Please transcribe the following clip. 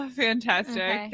fantastic